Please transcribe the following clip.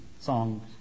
songs